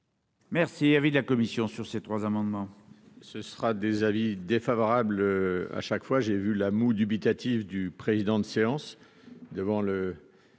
Merci, il avait de la commission sur ces trois amendements,